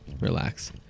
relax